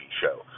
show